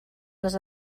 les